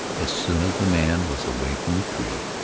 as soon as the man was away from the tree,